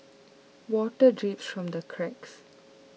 water drips from the cracks